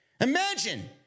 Imagine